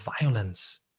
violence